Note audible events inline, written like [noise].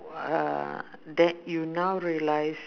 [noise] that you now realise